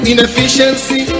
Inefficiency